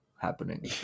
happening